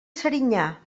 serinyà